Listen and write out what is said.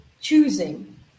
choosing